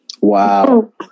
Wow